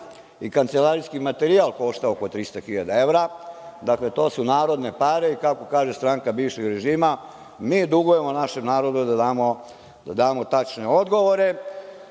i kancelarijski materijal koštao oko 300 hiljada evra. Dakle, to su narodne pare i kako kaže stranka bivšeg režima – mi dugujemo našem narodu da damo tačne odgovore.